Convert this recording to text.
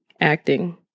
acting